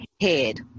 head